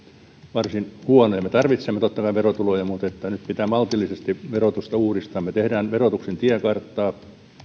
varsin huonoja me tarvitsemme totta kai verotuloja mutta nyt pitää maltillisesti verotusta uudistaa me teemme verotuksen tiekarttaa